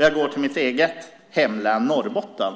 Jag gick till mitt eget hemlän Norrbotten.